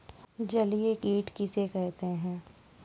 जलीय कीट किसे कहते हैं?